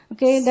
Okay